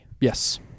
yes